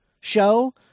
show